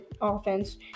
offense